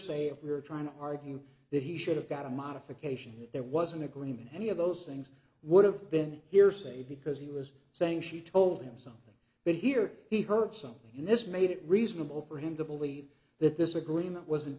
hearsay if we're trying to argue that he should have got a modification that was an agreement any of those things would have been hearsay because he was saying she told him something but here he heard something and this made it reasonable for him to believe that this agreement was